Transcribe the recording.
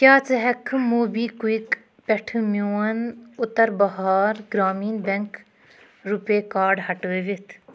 کیٛاہ ژٕ ہٮ۪کھکھٕ موبی کُوِک پٮ۪ٹھٕ میون Uttar Bihar Gramin bank RuPay card ہٹٲوِتھ